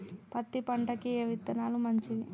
పత్తి పంటకి ఏ విత్తనాలు మంచివి?